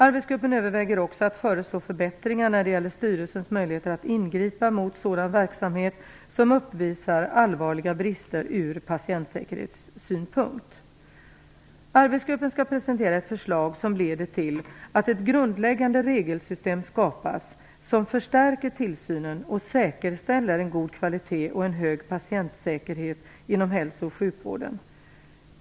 Arbetsgruppen överväger också att föreslå förbättringar när det gäller styrelsens möjligheter att ingripa mot sådan verksamhet som uppvisar allvarliga brister ur patientsäkerhetssynpunkt. Arbetsgruppen skall presentera ett förslag som leder till att ett grundläggande regelsystem skapas som förstärker tillsynen och säkerställer en god kvalitet och en hög patientsäkerhet inom hälso och sjukvården.